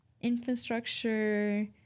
infrastructure